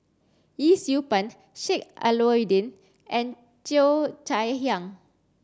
Yee Siew Pun Sheik Alau'ddin and Cheo Chai Hiang